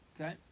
Okay